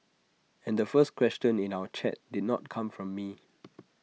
and the first question in our chat did not come from me